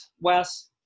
Wes